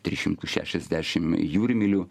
tris šimtus šešiasdešim jūrmylių